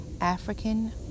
African